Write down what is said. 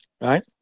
Right